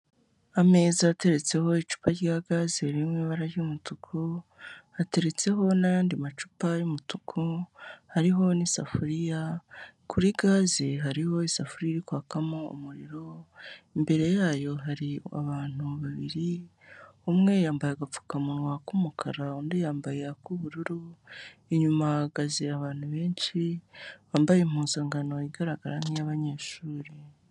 Ameza yateretseho icupa rya gaze ririmo ibara ry'umutuku ateretseho n'ayandi macupa y'umutuku hariho n'isafuriya, kuri gaze hariho isafuriya kwakamo umuriro imbere yayo hari abantu babiri umwe yambaye agapfukamunwa k'umukara undi yambaye ak'ubururu inyuma ahagaze abantu benshi bambaye impuzankano igaragara nk'iy'abanyeshuri.